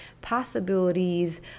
possibilities